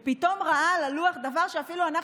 ופתאום ראה על הלוח דבר שאפילו אנחנו